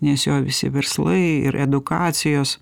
nes jo visi verslai ir edukacijos